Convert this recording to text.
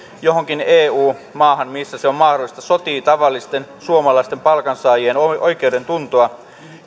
johonkin eu maahan missä se on mahdollista sotii vastaan tavallisten suomalaisten palkansaajien oikeudentuntoa